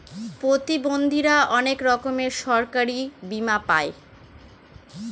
প্রতিবন্ধীরা অনেক রকমের সরকারি বীমা পাই